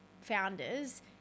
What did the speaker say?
founders